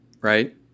right